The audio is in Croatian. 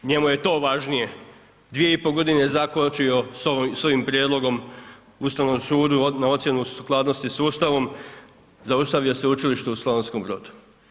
Njemu je to važnije, dvije i po godine zakočio s ovim prijedlogom Ustavnom sudu na ocjenu sukladnosti s Ustavom, zaustavio Sveučilište u Slavonskom Brodu.